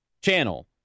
channel